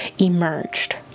emerged